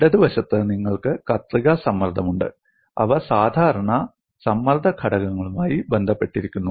ഇടതുവശത്ത് നിങ്ങൾക്ക് കത്രിക സമ്മർദ്ദമുണ്ട് അവ സാധാരണ സമ്മർദ്ദ ഘടകങ്ങളുമായി ബന്ധപ്പെട്ടിരിക്കുന്നു